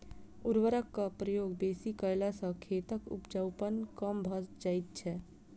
उर्वरकक प्रयोग बेसी कयला सॅ खेतक उपजाउपन कम भ जाइत छै